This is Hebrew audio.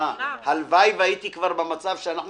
הלוואי והייתי כבר במצב שאנחנו